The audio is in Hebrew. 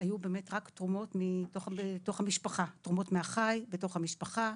היו באמת רק תרומות מתוך המשפחה: תרומות מהחי בתוך המשפחה.